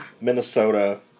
Minnesota